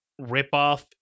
ripoff